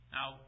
Now